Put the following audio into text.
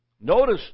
Notice